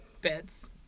bits